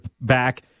back